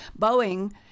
Boeing